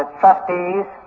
trustees